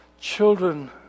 children